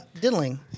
diddling